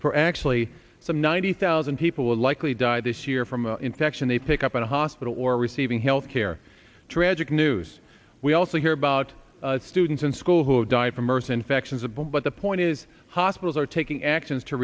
for actually some ninety thousand people will likely die this year from an infection they pick up in a hospital or receiving health care tragic news we also hear about students in school who die from mers infections above but the point is hospitals are taking actions to